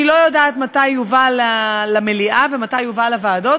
אני לא יודעת מתי יובא למליאה ומתי יובא לוועדות,